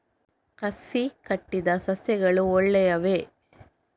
ಕಸಿ ಕಟ್ಟಿದ ಸಸ್ಯಗಳು ಒಳ್ಳೆಯವೇ?